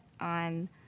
on